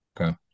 Okay